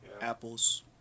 apples